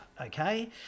okay